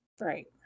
Right